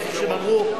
כפי שהם אמרו?